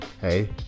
hey